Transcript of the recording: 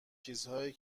چیزهایی